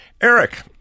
Eric